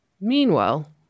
Meanwhile